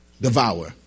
devour